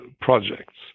projects